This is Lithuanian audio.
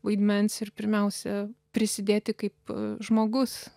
vaidmens ir pirmiausia prisidėti kaip žmogus